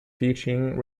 teaching